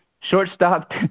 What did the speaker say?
Shortstop